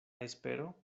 espero